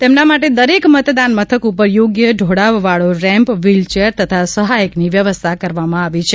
તેમના માટે દરેક મતદાન મથક ઉપર યોગ્ય ઢોળાવવાળો રેમ્પ વ્હીલચેર તથા સહાયકની વ્યવસ્થા કરવામાં આવી છે